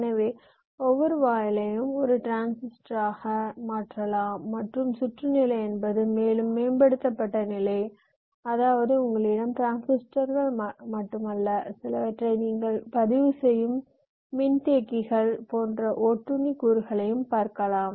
எனவே ஒவ்வொரு வாயிலையும் ஒரு டிரான்சிஸ்டராக மாற்றலாம் மற்றும் சுற்று நிலை என்பது மேலும் மேம்படுத்தப்பட்ட நிலை அதாவது உங்களிடம் டிரான்சிஸ்டர்கள் மட்டுமல்ல சிலவற்றை நீங்கள் பதிவுசெய்யும் மின்தேக்கிகள் போன்ற ஒட்டுண்ணி கூறுகளையும் பார்க்கலாம்